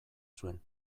zuen